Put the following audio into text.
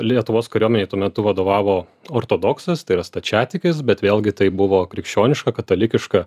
lietuvos kariuomenei tuo metu vadovavo ortodoksas tai yra stačiatikis bet vėlgi tai buvo krikščioniška katalikiška